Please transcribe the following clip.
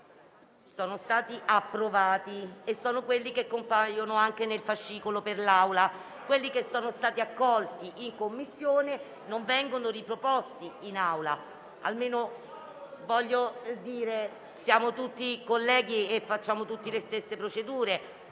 Sono stati approvati e sono quelli che compaiono anche nel fascicolo per l'Assemblea. Quelli che sono stati accolti in Commissione non vengono riproposti in Assemblea. Siamo tutti colleghi e seguiamo tutti le stesse procedure.